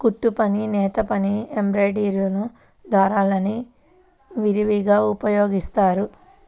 కుట్టుపని, నేతపని, ఎంబ్రాయిడరీలో దారాల్ని విరివిగా ఉపయోగిస్తారు